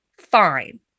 fine